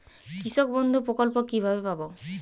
কৃষকবন্ধু প্রকল্প কিভাবে পাব?